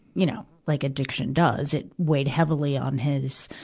you know, like addiction does. it weighed heavily on his,